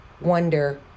wonder